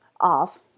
off